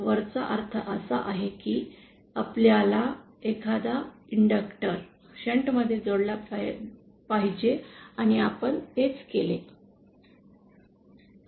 वरचा अर्थ असा आहे की आपल्याला एखादा इंडक्टर् शंटमध्ये जोडला पाहिजे आणि आपण तेच केले